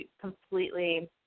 completely